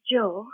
Joe